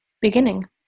beginning